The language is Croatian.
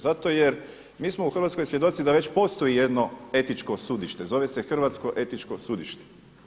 Zato jer mi smo u Hrvatskoj svjedoci da već postoji jedno etičko sudište, zove se Hrvatsko etičko sudište.